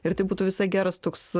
ir tai būtų visai geras toks